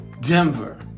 Denver